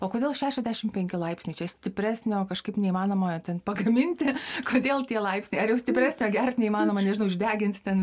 o kodėl šešiasdešim penki laipsniai čia stipresnio kažkaip neįmanoma ten pagaminti kodėl tie laipsniai ar jau stipresnio gert neįmanoma nežinau išdegins ten